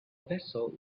vessel